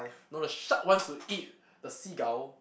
no the shark wants to eat the seagull